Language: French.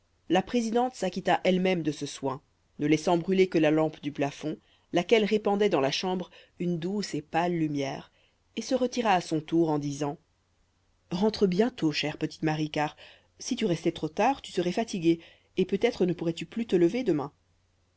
la présidente s'acquitta elle-même de ce soin ne laissant brûler que la lampe du plafond laquelle répandait dans la chambre une douce et pâle lumière et se retira à son tour en disant rentre bientôt chère petite marie car si tu restais trop tard tu serais fatiguée et peut-être ne pourrais-tu plus te lever demain